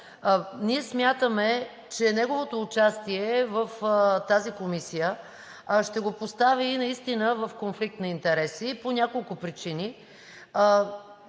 Ние смятаме, че неговото участие в тази комисия ще го постави в конфликт на интереси по няколко причини,